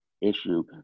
issue